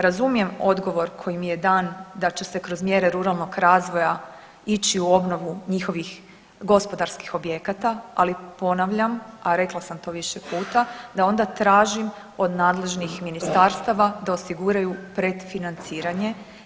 Razumijem odgovor koji mi je dan da će se kroz mjere ruralnog razvoja ići u obnovu njihovih gospodarskih objekata, ali ponavljam, a rekla sam to više puta, da onda tražim od nadležnih ministarstava da osiguraju predfinanciranje.